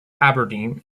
aberdeen